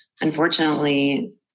unfortunately